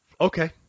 Okay